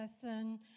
person